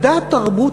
מדע, תרבות